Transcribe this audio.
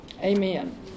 Amen